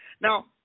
Now